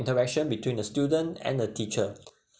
interaction between the student and the teacher